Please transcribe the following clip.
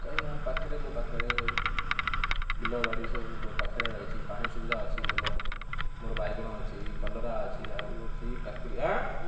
କାହିଁକି ନା ଆମ ପାଖରେ ମୋ ପାଖରେ ବିଲବାଡ଼ି ସବୁ ପାଖରେ ରହିଛି ପାଣି ସୁବିଧା ଅଛି ଭଲ ମୋର ବାଇଗଣ ଅଛି କଲରା ଅଛି ଆଳୁ ଅଛି କାକୁଡ଼ି